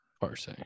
parse